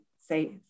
say